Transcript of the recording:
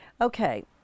Okay